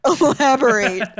Elaborate